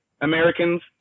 Americans